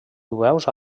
jueus